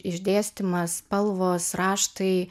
išdėstymas spalvos raštai